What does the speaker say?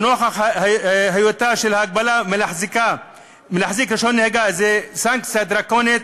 ונוכח היותה של ההגבלה מלהחזיק רישיון נהיגה סנקציה דרקונית,